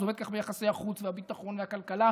זה עובד ככה ביחסי החוץ והביטחון והכלכלה.